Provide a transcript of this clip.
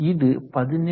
இது 17